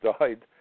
died